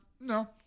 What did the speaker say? no